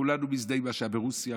כולנו מזדהים עם מה שהיה ברוסיה,